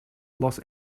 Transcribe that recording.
los